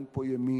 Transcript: אין פה ימין,